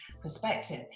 perspective